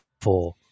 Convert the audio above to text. four